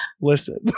listen